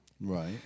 Right